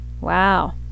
Wow